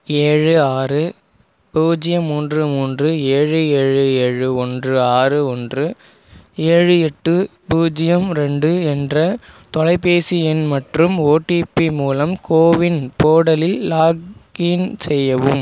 ஏழு ஆறு பூஜ்யம் மூன்று மூன்று ஏழு ஏழு ஏழு ஒன்று ஆறு ஒன்று ஏழு எட்டு பூஜ்ஜியம் ரெண்டு என்ற தொலைபேசி எண் மற்றும் ஓடிபி மூலம் கோவின் போர்ட்டலில் லாகின் செய்யவும்